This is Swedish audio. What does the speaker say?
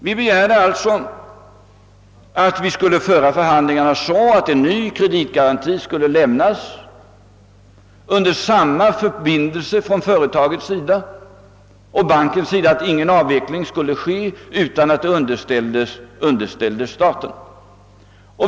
Vi begärde att förhandlingarna skulle föras så, att en ny kreditgaranti kunde lämnas under samma förbindelse från företaget och banken om att ingen avveckling skulle ske utan att den först underställdes staten.